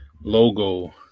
logo